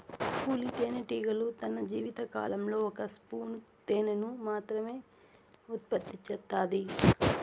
కూలీ తేనెటీగలు తన జీవిత కాలంలో ఒక స్పూను తేనెను మాత్రమె ఉత్పత్తి చేత్తాయి